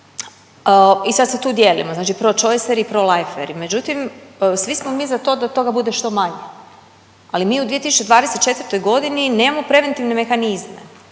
I sad se tu dijelimo znači prochoiseri, proliferi. Međutim svi smo mi za to da toga bude što manje ali mi u 2024. godini nemamo preventivne mehanizme.